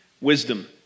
wisdom